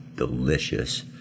delicious